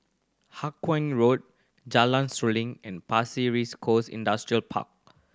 Hawkinge Road Jalan Seruling and Pasir Ris Coast Industrial Park